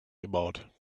about